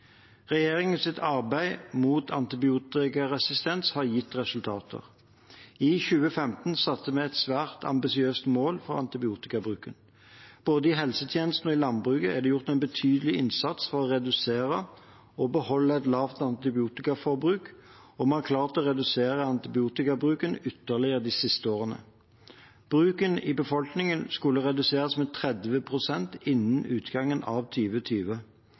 arbeid mot antibiotikaresistens har gitt resultater. I 2015 satte vi et svært ambisiøst mål for antibiotikabruken. Både i helsetjenesten og i landbruket er det gjort en betydelig innsats for å redusere og beholde et lavt antibiotikaforbruk, og vi har klart å redusere antibiotikabruken ytterligere de siste årene. Bruken i befolkningen skulle reduseres med 30 pst. innen utgangen av